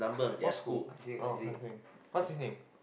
what school oh Hai Sing what's his name